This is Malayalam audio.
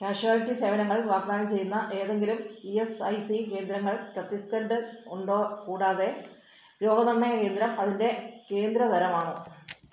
കാഷ്വാലിറ്റി സേവനങ്ങൾ വാഗ്ദാനം ചെയ്യുന്ന ഏതെങ്കിലും ഇ എസ് ഐ സി കേന്ദ്രങ്ങൾ ഛത്തീസ്ഗഡ് ഉണ്ടോ കൂടാതെ രോഗനിർണയ കേന്ദ്രം അതിൻ്റെ കേന്ദ്ര തരമാണോ